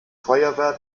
feuerwehr